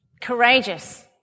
Courageous